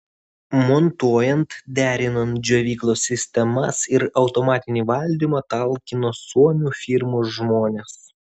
montuojant derinant džiovyklos sistemas ir automatinį valdymą talkino suomių firmos žmonės